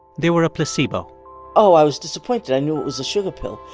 they were a placebo oh, i was disappointed i knew it was a sugar pill.